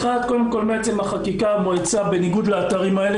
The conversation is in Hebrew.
קודם כל מעצם החקיקה המועצה בניגוד לאתרים האלה